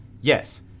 Yes